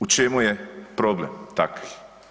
U čemu je problem takvih?